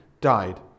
died